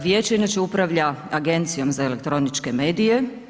Vijeće inače upravlja Agencijom za elektroničke medije.